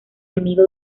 amigo